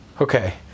Okay